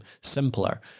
simpler